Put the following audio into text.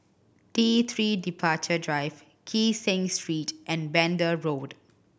T Three Departure Drive Kee Seng Street and Pender Road